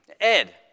Ed